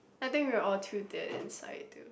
I think we're all too dead inside to